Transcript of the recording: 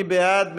מי בעד?